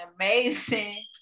amazing